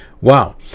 wow